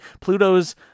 Pluto's